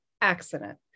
accident